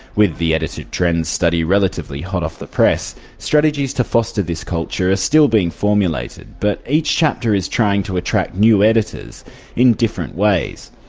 with the editing trends study relatively hot off the press, strategies to foster this culture are still being formulated, but each chapter is trying to attract new editors in different ways.